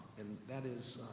and that is,